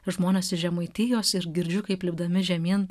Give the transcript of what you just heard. žmonės iš žemaitijos ir girdžiu kaip lipdami žemyn